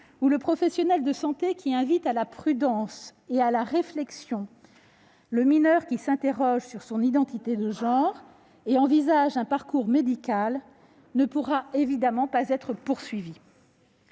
ou le professionnel de santé qui invite à la prudence et à la réflexion le mineur qui s'interroge sur son identité de genre et envisage un parcours médical ne pourra évidemment pas être poursuivi.